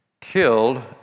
killed